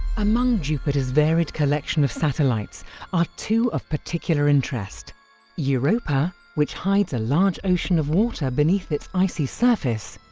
among jupiter's varied collection of satellites are two of particular interest europa, which hides a large ocean of water beneath its icy surface,